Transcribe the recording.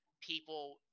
people